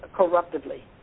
corruptively